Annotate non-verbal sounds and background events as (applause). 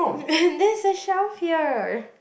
(breath) there's a shelf here